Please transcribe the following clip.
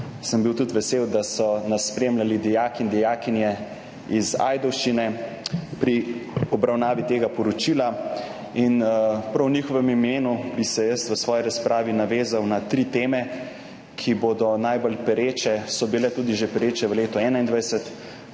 sem bil, da so nas spremljali tudi dijaki in dijakinje iz Ajdovščine pri obravnavi tega poročila. Prav v njihovem imenu bi se v svoji razpravi navezal na tri teme, ki bodo najbolj pereče, so bile tudi že pereče v letu 2021,